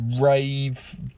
rave